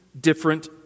different